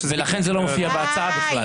לכן זה לא מופיע בהצעה בכלל.